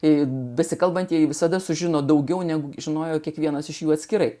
ir besikalbantieji visada sužino daugiau negu žinojo kiekvienas iš jų atskirai